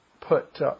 put